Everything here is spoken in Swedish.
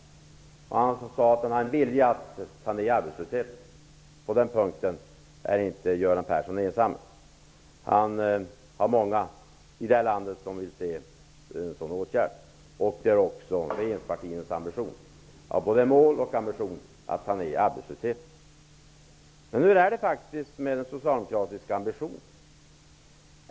Han sade att han hade en vilja att ta ner arbetslösheten. På den punkten är Göran Persson inte ensam. Det är många i det här landet som vill se en sådan åtgärd, och det är också regeringspartiernas ambition. Vi har som både mål och ambition att minska arbetslösheten. Men hur är det med den socialdemokratiska ambitionen?